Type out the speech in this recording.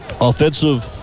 offensive